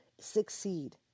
succeed